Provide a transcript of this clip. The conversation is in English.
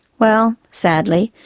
well, sadly,